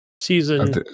season